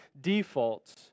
defaults